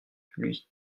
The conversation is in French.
lui